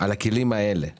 על הכלים האלה באחוזים,